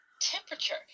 temperature